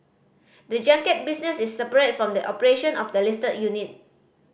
the junket business is separate from the operation of the listed unit